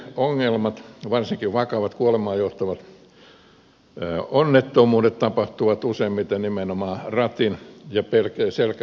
liikenneongelmat varsinkin vakavat kuolemaan johtavat onnettomuudet tapahtuvat useimmiten nimenomaan ratin ja selkänojan välisellä alueella